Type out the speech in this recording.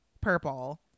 purple